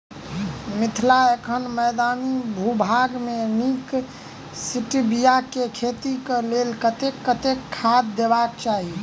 मिथिला एखन मैदानी भूभाग मे नीक स्टीबिया केँ खेती केँ लेल कतेक कतेक खाद देबाक चाहि?